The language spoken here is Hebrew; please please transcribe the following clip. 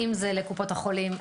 אם זה לקופות החולים,